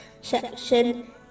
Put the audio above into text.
section